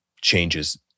changes